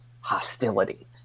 hostility